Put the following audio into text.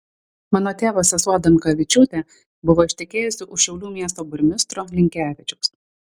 mano tėvo sesuo adamkavičiūtė buvo ištekėjusi už šiaulių miesto burmistro linkevičiaus